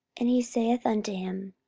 and he saith unto him,